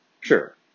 sure